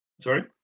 Sorry